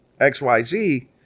xyz